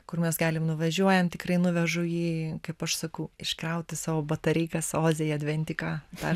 kur mes galim nuvažiuojam tikrai nuvežu jį kaip aš sakau iškrauti savo batareikas oze į adventiką tą